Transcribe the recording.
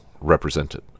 represented